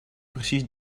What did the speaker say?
precies